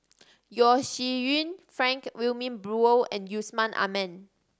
Yeo Shih Yun Frank Wilmin Brewer and Yusman Aman